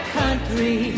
country